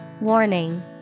Warning